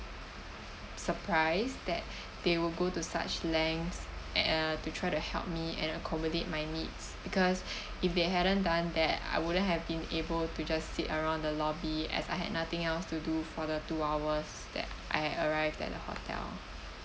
surprise that they will go to such lengths and uh to try to help me and accommodate my needs because if they hadn't done that I wouldn't have been able to just sit around the lobby as I had nothing else to do for the two hours that I had arrived at the hotel